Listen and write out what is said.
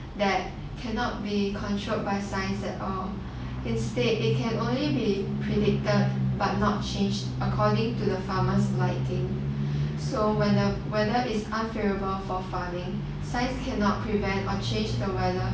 that cannot be controlled by science at all instead it can only be predicted but not change according to the farmers liking so when the weather is unfavourable for farming science cannot prevent or change the weather